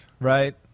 right